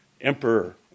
emperor